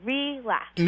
Relax